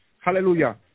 Hallelujah